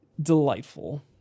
delightful